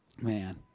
man